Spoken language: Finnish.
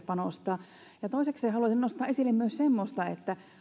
panostaa toisekseen haluaisin nostaa esille myös semmoista että